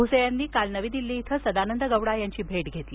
भूसे यांनी काल नवी दिल्लीत सदानंद गौडा यांची भेट घेतली